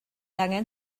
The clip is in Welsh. angen